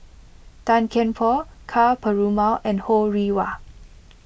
Tan Kian Por Ka Perumal and Ho Rih Hwa